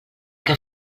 que